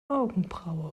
augenbraue